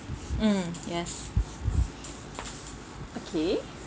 mm yes okay